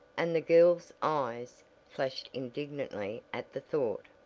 and the girl's eyes flashed indignantly at the thought.